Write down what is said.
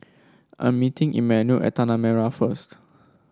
I'm meeting Emanuel at Tanah Merah first